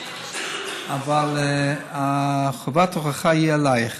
אבל חובת ההוכחה היא עלייך,